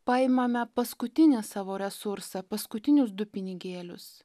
paimame paskutinį savo resursą paskutinius du pinigėlius